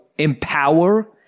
Empower